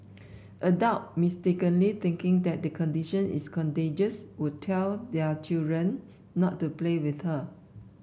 adult mistakenly thinking that the condition is contagious would tell their children not to play with her